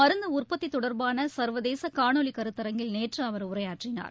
மருந்து உற்பத்தி தொடர்பான சா்வதேச காணொலி கருத்தரங்கில் நேற்று அவர் உரையாற்றினார்